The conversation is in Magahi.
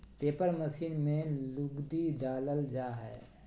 पेपर मशीन में लुगदी डालल जा हय